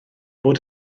bod